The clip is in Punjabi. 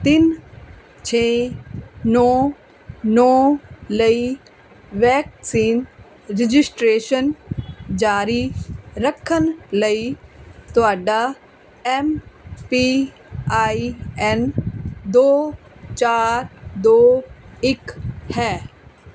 ਤਿੰਨ ਛੇ ਨੌ ਨੌ ਲਈ ਵੈਕਸੀਨ ਰਜਿਸਟ੍ਰੇਸ਼ਨ ਜਾਰੀ ਰੱਖਣ ਲਈ ਤੁਹਾਡਾ ਐਮ ਪੀ ਆਈ ਐਨ ਦੋ ਚਾਰ ਦੋ ਇੱਕ ਹੈ